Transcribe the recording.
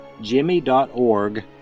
jimmy.org